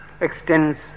extends